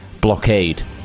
blockade